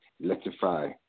Electrify